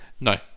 No